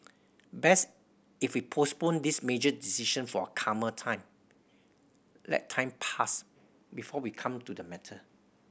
best if we postponed this major decision for a calmer time let time pass before we come to the matter